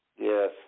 Yes